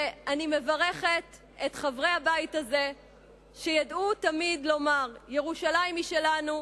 אני מברכת את חברי הבית הזה שידעו תמיד לומר: ירושלים היא שלנו.